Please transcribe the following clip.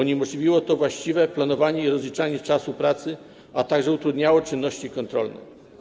Uniemożliwiło to właściwe planowanie i rozliczanie czasu pracy, a także utrudniało czynności kontrolne.